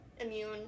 immune